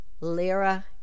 Lyra